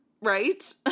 right